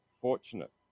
fortunate